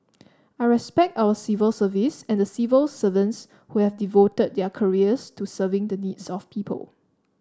I respect our civil service and the civil servants who have devoted their careers to serving the needs of people